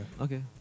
Okay